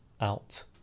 out